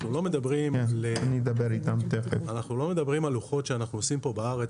אנחנו לא מדברים על לוחות שאנחנו עושים פה בארץ,